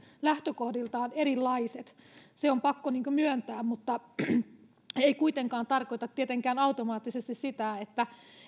lähtökohdiltaan erilaiset se on pakko myöntää mutta se ei tarkoita tietenkään automaattisesti sitä että